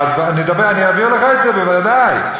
אני אעביר לך את זה, בוודאי.